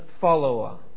follower